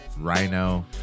Rhino